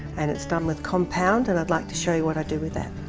and it's done with compound, and i'd like to show you what i do with that.